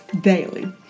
daily